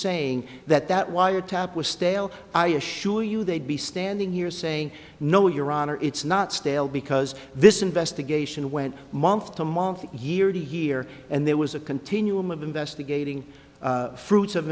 saying that that wiretap was stale i assure you they'd be standing here saying no your honor it's not stale because this investigation went month to month year to year and there was a continuum of investigating fruits of